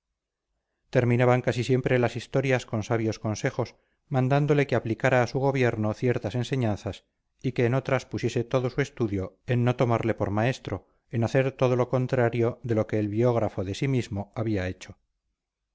cinismo terminaban casi siempre las historias con sabios consejos mandándole que aplicara a su gobierno ciertas enseñanzas y que en otras pusiese todo su estudio en no tomarle por maestro en hacer todo lo contrario de lo que el biógrafo de sí mismo había hecho